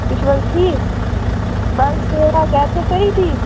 تُہۍ چھُو حظ ٹھیٖک بَس دُعا گَرِ چھا سٲری ٹھیٖک